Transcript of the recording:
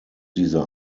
diese